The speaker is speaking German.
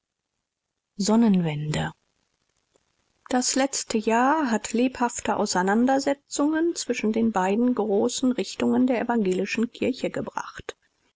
sonnenwende das letzte jahr hat lebhafte auseinandersetzungen zwischen den beiden großen richtungen der evangelischen kirche gebracht